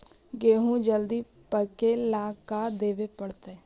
गेहूं जल्दी पके ल का देबे पड़तै?